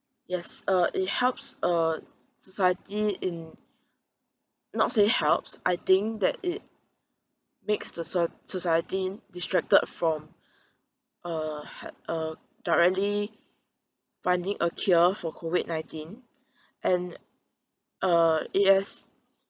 yes uh it helps uh society in not say helps I think that it makes the soc~ society distracted from uh ha~ uh directly finding a cure for COVID nineteen and uh it has